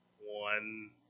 one